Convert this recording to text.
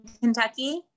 Kentucky